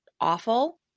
awful